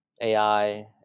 AI